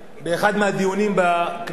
באחד מהדיונים בכנסת,